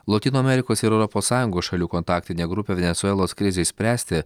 lotynų amerikos ir europos sąjungos šalių kontaktinė grupė venesuelos krizei spręsti